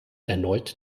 erneut